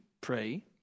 pray